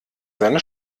seine